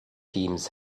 teams